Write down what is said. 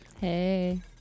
Hey